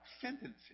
Sentences